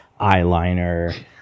Eyeliner